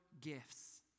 gifts